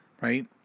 right